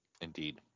Indeed